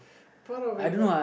part of it but